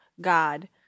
God